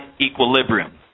equilibrium